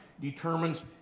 determines